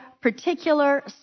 particular